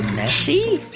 messy?